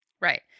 Right